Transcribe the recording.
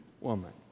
woman